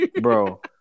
bro